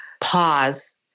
pause